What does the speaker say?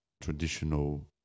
traditional